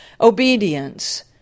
obedience